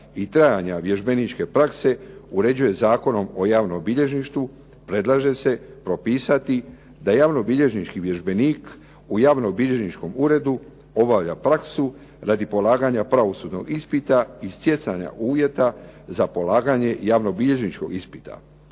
i trajanja vježbeničke prakse uređuje Zakonom o javnom bilježništvu, predlaže se propisati da je javnobilježnički vježbenik u javnobilježničkom uredu obavlja praksu radi polaganja pravosudnog ispita i stjecanja uvjeta za polaganje javnobilježničkog ispita